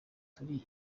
turi